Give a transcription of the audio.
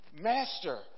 Master